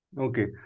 Okay